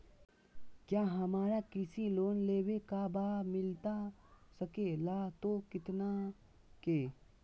क्या हमारा कृषि लोन लेवे का बा मिलता सके ला तो कितना के?